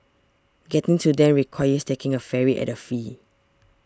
getting to them requires taking a ferry at a fee